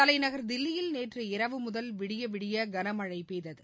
தலைநகர் தில்லியில் நேற்றிரவு முதல் விடியவிடிய கனமனழ பெய்தது